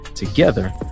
Together